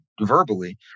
verbally